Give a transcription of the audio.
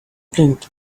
blinked